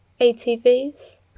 ATVs